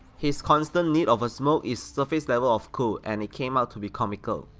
his constant need of a smoke is surface level of cool and it came out to be comical,